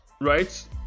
right